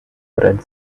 red